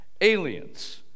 Aliens